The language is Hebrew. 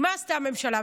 מה עשתה הממשלה?